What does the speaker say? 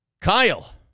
Kyle